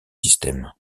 systèmes